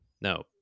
no